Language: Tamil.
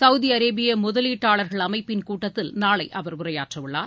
சவுதி அரேபியா முதலீட்டாளா்கள் அமைப்பின் கூட்டத்தில் நாளை அவர் உரையாற்ற உள்ளார்